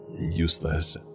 Useless